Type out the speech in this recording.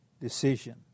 decision